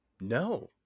No